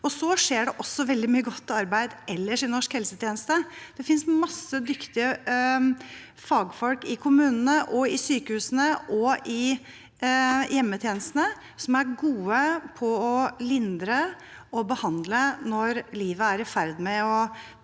Det skjer veldig mye godt arbeid også ellers i norsk helsetjeneste. Det finnes mange dyktige fagfolk i kommunene, i sykehusene og i hjemmetjenestene som er gode på å lindre og behandle når livet er i ferd med å